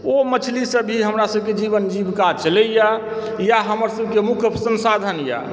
ओ मछलीसभ भी हमरा सभकऽ जीवन जीविका चलयए या हमर सभकेँ मुख्य संसाधन यऽ